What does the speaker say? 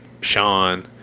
sean